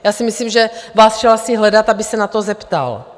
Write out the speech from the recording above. Já si myslím, že vás šel asi hledat, aby se na to zeptal.